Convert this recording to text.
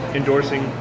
endorsing